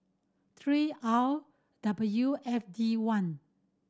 three R W F D one